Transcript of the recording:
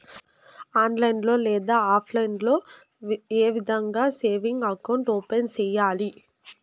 online లో లేదా offline లో ఏ విధంగా సేవింగ్ అకౌంట్ ఓపెన్ సేయాలి